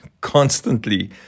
constantly